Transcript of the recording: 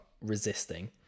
resisting